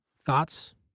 thoughts